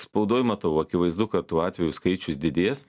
spaudoj matau akivaizdu kad tų atvejų skaičius didės